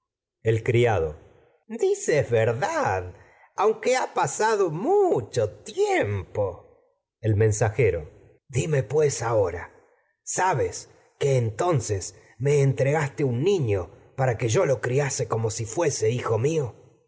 el digo dices criado verdad aunque ha pasado mu cho tiempo mensajero dime pues ahora el sabes que en tonces me entregaste un niño para que yo lo criase como si fuera hijo mío